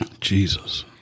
Jesus